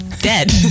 dead